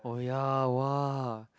oh ya [wah]